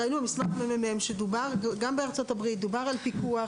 ראינו גם במסמך של המ.מ.מ שגם בארצות-הברית דובר על פיקוח,